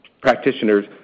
practitioners